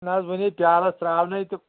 نا حظ وٕنے پیالس تراونے تہٕ